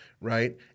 right